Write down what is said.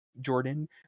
jordan